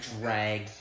drag